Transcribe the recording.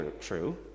true